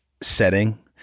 setting